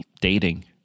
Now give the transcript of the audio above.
dating